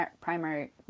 primary